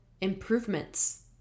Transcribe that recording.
improvements